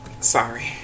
sorry